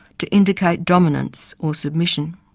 to indicate dominance or submission.